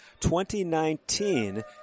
2019